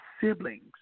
siblings